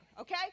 okay